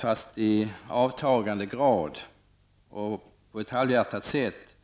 fastän i avtagande och på ett halvhjärtat sätt.